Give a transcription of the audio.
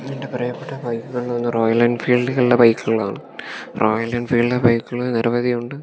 എൻ്റെ പ്രീയപ്പെട്ട ബൈക്കുകളിൽ ഒന്ന് റോയൽ എൻഫീൽഡുകളുടെ ബൈക്കുകളാണ് റോയൽ എൻഫീൽഡ് ബൈക്കുകൾ നിരവധിയുണ്ട്